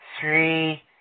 three